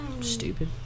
Stupid